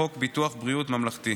חוק ביטוח בריאות ממלכתי.